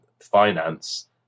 finance